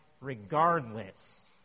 regardless